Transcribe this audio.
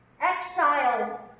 Exile